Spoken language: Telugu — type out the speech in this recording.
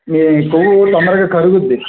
మీ కొవ్వు తొందరగా కరుగుద్ది